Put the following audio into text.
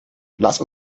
lass